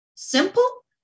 Simple